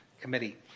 committee